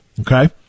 Okay